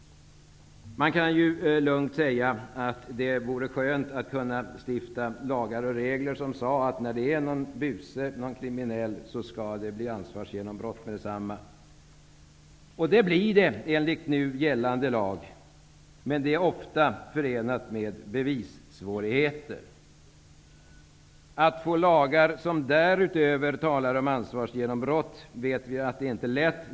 Man kan lugnt säga att det vore skönt att kunna stifta lagar och regler som säger att när det gäller en kriminell person skall det bli fråga om ansvarsgenombrott. Det blir det enligt nu gällande lag, men det är ofta förenat med bevissvårigheter. Att få lagar som därutöver talar om ansvarsgenombrott är inte lätt.